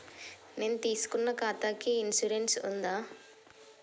నేను తీసుకున్న ఖాతాకి ఇన్సూరెన్స్ ఉందా?